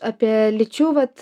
apie lyčių vat